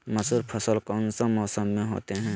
मसूर फसल कौन सा मौसम में होते हैं?